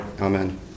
Amen